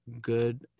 good